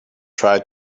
try